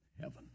heaven